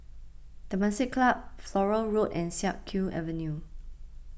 Temasek Club Flora Road and Siak Kew Avenue